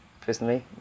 personally